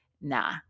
Nah